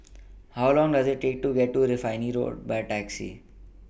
How Long Does IT Take to get to Refinery Road By Taxi